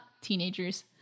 teenagers